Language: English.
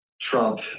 Trump